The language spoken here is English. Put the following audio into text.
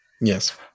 Yes